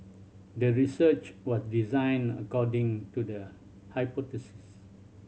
the research was designed according to the hypothesis